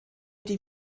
die